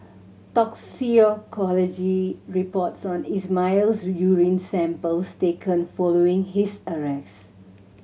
toxicology reports on Ismail's urine samples taken following his arrest